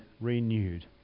renewed